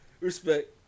respect